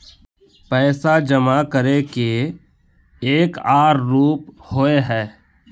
पैसा जमा करे के एक आर रूप होय है?